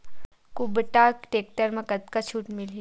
कुबटा टेक्टर म कतका छूट मिलही?